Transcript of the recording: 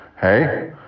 hey